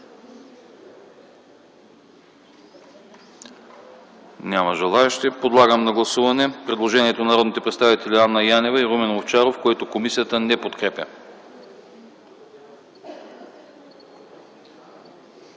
Няма желаещи. Подлагам на гласуване предложението на народните представители Анна Янева и Румен Овчаров, което комисията не подкрепя.